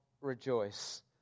rejoice